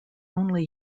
only